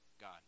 God